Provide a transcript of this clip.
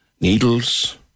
needles